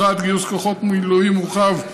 1951, גיוס כוחות מילואים מורחב,